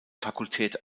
fakultät